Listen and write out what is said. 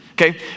Okay